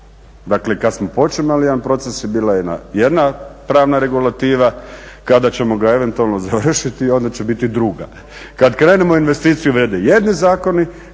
Dakle, kad smo počinjali jedan proces je bila jedna pravna regulativa, kada ćemo ga eventualno završiti onda će biti druga, kad krenemo u investiciju vrijede jedni zakoni,